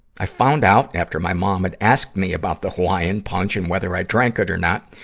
i found out, after my mom had asked me about the hawaiian punch and whether i drank it or not,